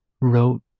wrote